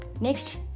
Next